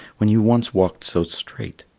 when you once walked so straight?